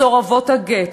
מסורבות הגט,